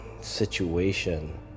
situation